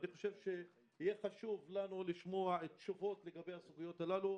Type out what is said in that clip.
אני חושב שיהיה חשוב לנו לשמוע תשובות לגבי הסוגיות הללו.